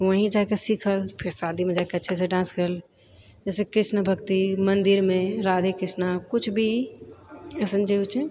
वहीं जाकऽ सीखल फेर शादीमे जाकऽ अच्छेसे डान्स करल जैसे कृष्ण भक्ति मन्दिरमे राधेकृष्णा किछु भी ऐसन जे होइत छै